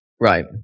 Right